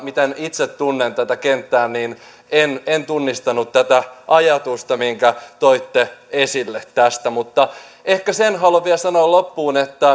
miten itse tunnen tätä kenttää en en tunnistanut tätä ajatusta minkä toitte esille tästä mutta ehkä sen haluan vielä sanoa loppuun että